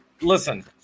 listen